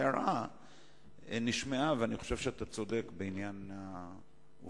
ההערה נשמעה ואני חושב שאתה צודק בעניין העובדה,